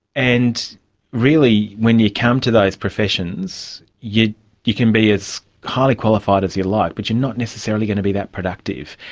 and really when you come to those professions, you you can be as highly qualified as you like but you're necessarily going to be that productive.